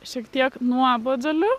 šiek tiek nuoboduliu